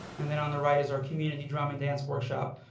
and then on the right is our community drum and dance workshop,